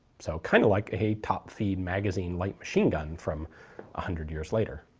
so kind of like a top feed magazine light machine gun from a hundred years later.